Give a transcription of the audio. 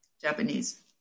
Japanese